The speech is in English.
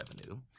revenue